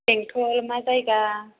बेंटल मा जायगा